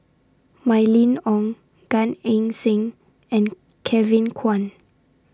Mylene Ong Gan Eng Seng and Kevin Kwan